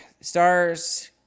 Stars